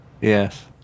Yes